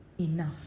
enough